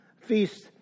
feast